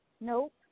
Nope